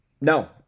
no